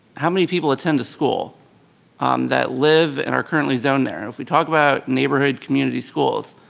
how many people attend a school that live and are currently zone there and if we talk about neighborhood community schools,